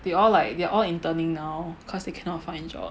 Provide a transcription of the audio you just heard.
they all like they're all intern-ing now because they cannot find a job